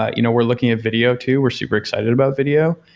ah you know we're looking at video too. we're super excited about video,